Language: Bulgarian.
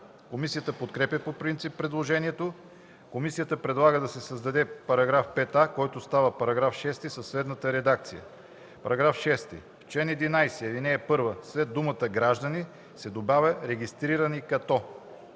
Комисията подкрепя по принцип предложението. Комисията предлага да се създаде § 5а, който става § 6 със следната редакция: „§ 6. В чл. 11, ал. 1 след думата „граждани” се добавя „регистрирани като”.”